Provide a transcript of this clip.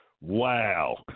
wow